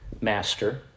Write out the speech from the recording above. master